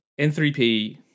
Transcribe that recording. N3P